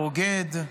בוגד.